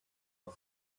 are